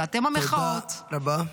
זה אתם המחאות --- תודה רבה.